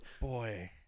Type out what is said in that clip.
boy